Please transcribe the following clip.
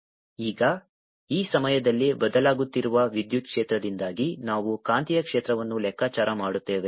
E∂t Q0e tRCRCπa20 z ಈಗ ಈ ಸಮಯದಲ್ಲಿ ಬದಲಾಗುತ್ತಿರುವ ವಿದ್ಯುತ್ ಕ್ಷೇತ್ರದಿಂದಾಗಿ ನಾವು ಕಾಂತೀಯ ಕ್ಷೇತ್ರವನ್ನು ಲೆಕ್ಕಾಚಾರ ಮಾಡುತ್ತೇವೆ